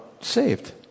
saved